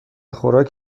خوراک